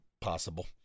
possible